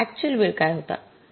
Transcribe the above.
तसेच अक्चुअल वेळ काय होता